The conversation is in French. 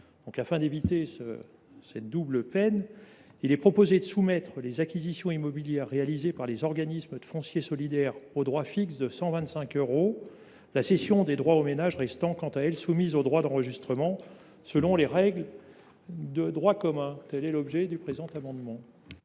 afin d’éviter cette double peine, il est proposé de soumettre les acquisitions immobilières réalisées par les organismes de foncier solidaire au droit fixe de 125 euros, la cession des droits aux ménages restant quant à elles soumise aux droits d’enregistrement, selon les règles de droit commun. Quel est l’avis de la commission